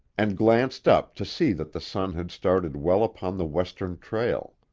and glanced up to see that the sun had started well upon the western trail.